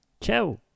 Ciao